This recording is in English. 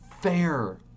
fair